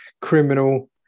criminal